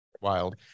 wild